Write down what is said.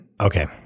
Okay